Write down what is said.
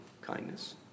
kindness